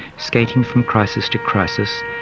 skating from crisis to crisis,